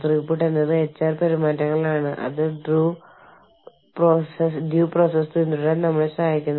corporate ആസ്ഥാനം പ്രാദേശിക office ചലനാത്മകതയെ മാനിക്കണമെന്ന് പ്രാദേശിക തൊഴിലാളികളും പ്രാദേശിക എച്ച്ആർ സ്റ്റാഫുകളും ആഗ്രഹിക്കുന്നു